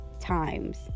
times